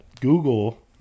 Google